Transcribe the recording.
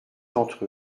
d’entre